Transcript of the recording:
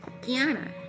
kiana